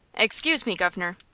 excuse me, governor!